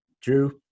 Drew